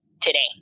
today